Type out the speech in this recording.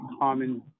common